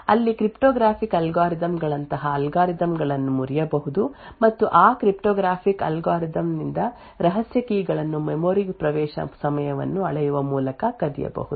ಅಲ್ಲಿ cryptographic algorithm ಗಳಂತಹ ಅಲ್ಗಾರಿದಮ್ಗಳನ್ನು ಮುರಿಯಬಹುದು ಮತ್ತು ಆ ಕ್ರಿಪ್ಟೋ ಗ್ರಾಫಿಕ್ ಅಲ್ಗಾರಿದಮ್ ನಿಂದ ರಹಸ್ಯ ಕೀ ಗಳನ್ನು ಮೆಮೊರಿ ಪ್ರವೇಶ ಸಮಯವನ್ನು ಅಳೆಯುವ ಮೂಲಕ ಕದಿಯಬಹುದು